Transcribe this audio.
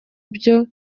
byo